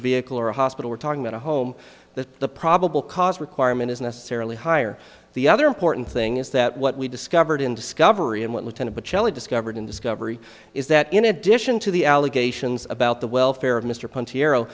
vehicle or a hospital we're talking about a home that the probable cause requirement is necessarily higher the other important thing is that what we discovered in discovery and what lieutenant shelley discovered in discovery is that in addition to the allegations about the welfare of mr punch hero